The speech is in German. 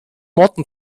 motten